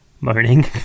moaning